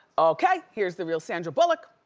okay, here's the real sandra bullock.